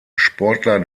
sportler